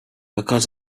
because